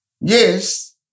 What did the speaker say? Yes